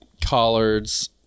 collards